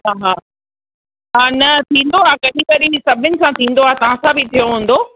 हा हा हा न थींदो आहे कॾहिं कॾहिं ई सभिनि खां थींदो आहे तव्हांसां बि थियो हूंदो